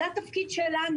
זה התפקיד שלנו,